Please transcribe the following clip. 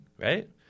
Right